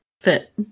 fit